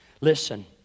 Listen